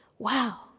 Wow